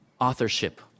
authorship